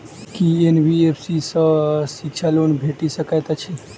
की NBFC सँ शिक्षा loan भेटि सकैत अछि?